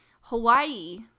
Hawaii